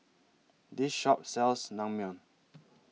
This Shop sells Naengmyeon